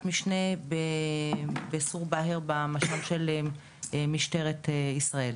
משנה בצור באהר במשה"ב של משטרת ישראל.